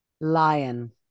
Lion